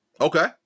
okay